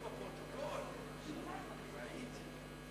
בבקשה,